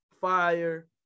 fire